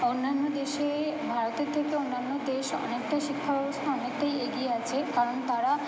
অন্যান্য দেশে ভারতের থেকে অন্যান্য দেশ অনেকটা শিক্ষাব্যবস্থা অনেকটাই এগিয়ে আছে কারণ তারা